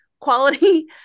quality